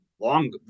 long